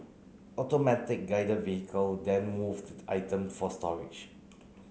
automatic Guided Vehicle then move the item for storage